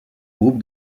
groupe